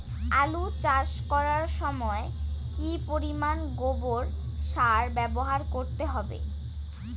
আলু চাষ করার সময় কি পরিমাণ গোবর সার ব্যবহার করতে হবে?